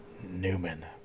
Newman